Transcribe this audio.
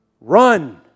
Run